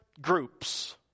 groups